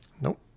Nope